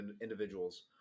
individuals